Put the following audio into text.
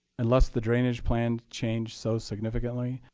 unless the drainage plan changed so significantly,